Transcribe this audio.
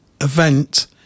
event